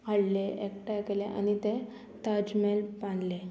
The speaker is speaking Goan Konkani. हाडले एकठांय केले आनी तें ताज मेहेल बांदलें